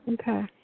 Okay